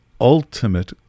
ultimate